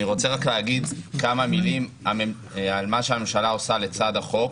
אני רוצה רק להגיד כמה מילים על מה שהממשלה עושה לצד החוק,